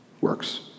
works